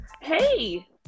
hey